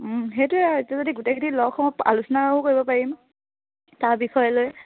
সেইটোৱে এতিয়া যদি গোটেইখিনি লগ হওঁ আলোচনাও কৰিব পাৰিম তাৰ বিষয়লৈ